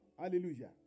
Hallelujah